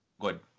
Good